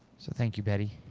so thank you betty.